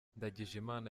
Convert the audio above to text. ndagijimana